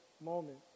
moment